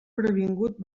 previngut